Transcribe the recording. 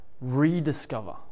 rediscover